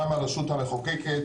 גם הרשות המחוקקת,